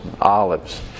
olives